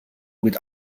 with